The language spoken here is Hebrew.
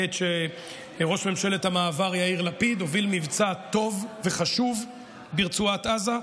בעת שראש ממשלת המעבר יאיר לפיד הוביל מבצע טוב וחשוב ברצועת עזה.